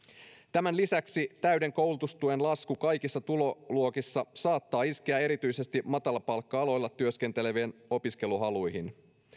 tämän lisäksi täyden koulutustuen lasku kaikissa tuloluokissa saattaa iskeä erityisesti matalapalkka aloilla työskentelevien opiskeluhaluihin